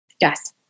Yes